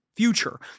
future